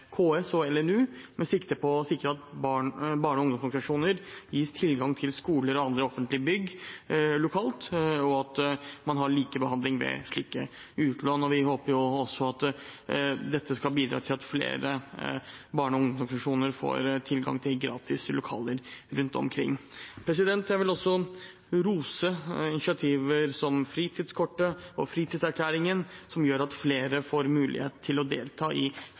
KS og LNU med sikte på å sikre at barne- og ungdomsorganisasjoner gis tilgang til skoler og andre offentlige bygg lokalt, og at man har likebehandling ved slike utlån. Vi håper også at dette skal bidra til at flere barne- og ungdomsorganisasjoner får tilgang til gratis lokaler rundt omkring. Jeg vil også rose initiativ som fritidskortet og Fritidserklæringen, som gjør at flere får mulighet til å delta i